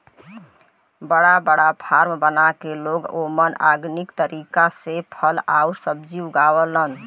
बड़ा बड़ा फार्म बना के लोग ओमन ऑर्गेनिक तरीका से फल आउर सब्जी उगावलन